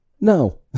no